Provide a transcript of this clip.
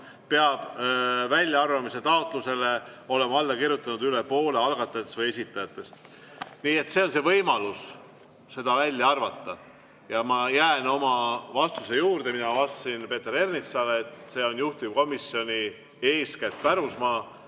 peab väljaarvamise taotlusele olema alla kirjutanud üle poole algatajatest või esitajatest. Nii et selline võimalus on seda välja arvata. Ja ma jään oma vastuse juurde, mis ma vastasin Peeter Ernitsale, et see on eeskätt juhtivkomisjoni pärusmaa,